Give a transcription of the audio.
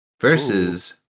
Versus